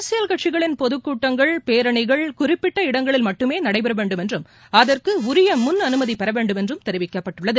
அரசியல் கட்சிகளின் பொதுக்கூட்டங்கள் பேரணிகள் குறிப்பிட்ட இடங்களில் மட்டுமே நடைபெறவேண்டும் என்றும் அதற்கு உரிய முன் அனுமதி பெறவேண்டும் என்றும் தெரிவிக்கப்பட்டுள்ளது